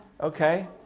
Okay